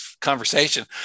conversation